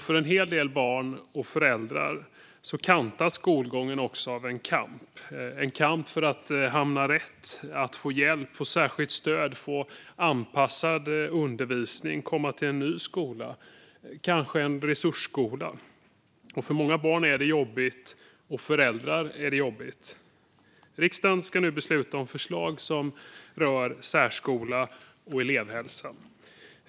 För en hel del barn och föräldrar kantas skolgången av en kamp för att hamna rätt - att få hjälp, få särskilt stöd, få anpassad undervisning, komma till en ny skola, kanske en resursskola. För många barn och föräldrar är det jobbigt. Riksdagen ska nu besluta om förslag som rör särskola och elevhälsa.